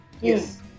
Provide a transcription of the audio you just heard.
Yes